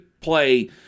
play